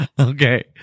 Okay